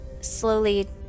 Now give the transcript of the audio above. Slowly